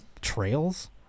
trails